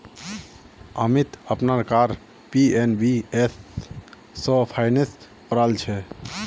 अमीत अपनार car PNB स finance करालछेक